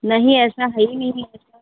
नहीं ऐसा है ही नहीं ऐसा